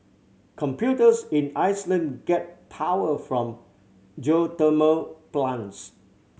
computers in Iceland get power from geothermal plants